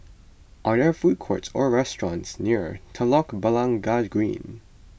are there food courts or restaurants near Telok Blangah Green